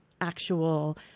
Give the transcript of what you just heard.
actual